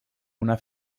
una